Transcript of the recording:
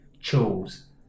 chose